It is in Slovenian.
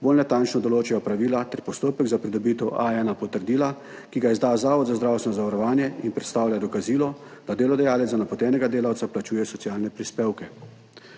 bolj natančno določajo pravila ter postopek za pridobitev potrdila A1, ki ga izda Zavod za zdravstveno zavarovanje in predstavlja dokazilo, da delodajalec za napotenega delavca plačuje socialne prispevke.